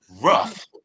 Rough